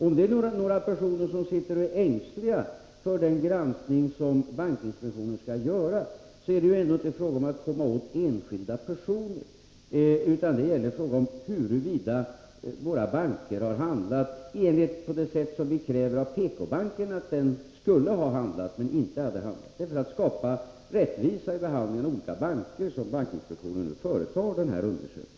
Om det finns några personer som är ängsliga för den granskning som bankinspektionen skall göra, så är det ju ändå inte fråga om att komma åt enskilda personer, utan vad det gäller är att undersöka huruvida våra banker har handlat så som vi kräver av PK-banken att den skulle ha handlat — men inte har handlat. Det är för att skapa rättvisa i behandlingen av olika banker som bankinspektionen nu företar denna undersökning.